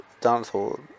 dinosaurs